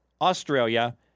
Australia